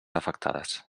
afectades